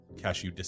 Cashew